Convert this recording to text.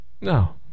No